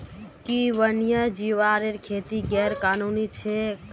कि वन्यजीवेर खेती गैर कानूनी छेक?